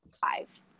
five